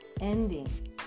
ending